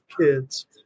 kids